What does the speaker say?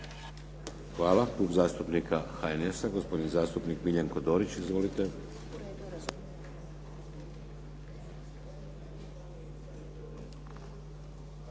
Hvala.